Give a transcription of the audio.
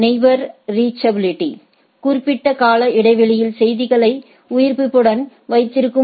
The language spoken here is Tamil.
நெயிபோர்ஸ் ரீச்சபிலிட்டி குறிப்பிட்ட கால இடைவெளியில் செய்திகளை உயிர்ப்புடன் வைத்திருக்கும்